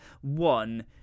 one